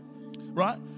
Right